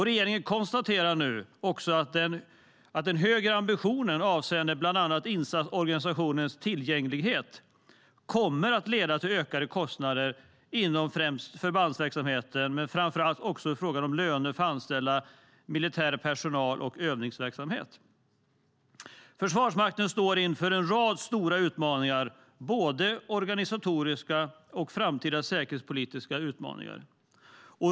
Regeringen konstaterar nu också att den högre ambitionen avseende bland annat insatsorganisationens tillgänglighet kommer att leda till ökade kostnader inom främst förbandsverksamheten, men framför allt också i fråga om löner för anställd militär personal och övningsverksamhet. Försvarsmakten står inför en rad stora utmaningar, både organisatoriska och framtida säkerhetspolitiska utmaningar.